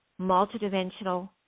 multidimensional